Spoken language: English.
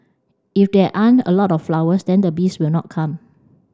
if there aren't a lot of flowers then the bees will not come